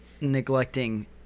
neglecting